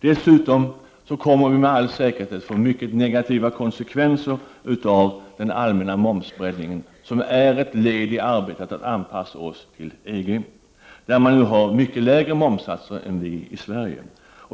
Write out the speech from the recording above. Dessutom kommer vi med all säkerhet att få mycket negativa konsekvenser av den allmänna momsbreddningen som är ett led i arbetet att anpassa oss till EG, där man ju har mycket lägre momssatser än vi i Sverige.